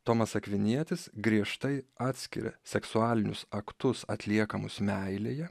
tomas akvinietis griežtai atskiria seksualinius aktus atliekamus meilėje